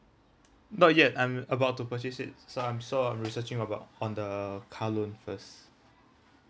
not yet I'm about to purchase it so I'm so I'm researching about on the car loan first